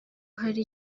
hari